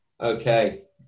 Okay